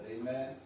Amen